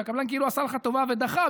שהקבלן כאילו עשה לך טובה ודחה,